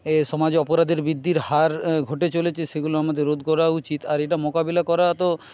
এ সমাজে অপরাধের বৃদ্ধির হার ঘটে চলেছে সেগুলো আমাদের রোধ করা উচিত আর এটা মোকাবিলা করা অত